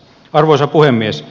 arvoisa puhemies